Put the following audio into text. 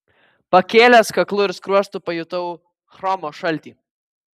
pakėlęs kaklu ir skruostu pajutau chromo šaltį